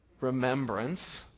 remembrance